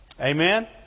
Amen